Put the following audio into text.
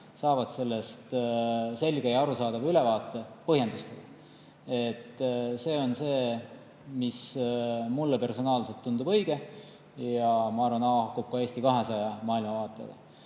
saavad sellest selge ja arusaadava ülevaate koos põhjendustega. See on see, mis mulle personaalselt tundub õige ja ma arvan, et haakub ka Eesti 200 maailmavaatega.